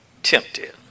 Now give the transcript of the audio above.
Tempted